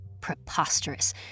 Preposterous